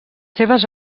seves